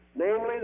namely